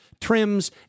trims